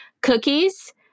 cookies